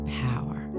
power